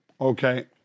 Okay